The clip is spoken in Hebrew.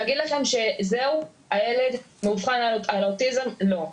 להגיד לכם שזהו, הילד מאובחן על האוטיזם - לא.